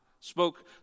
Spoke